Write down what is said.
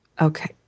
okay